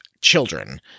children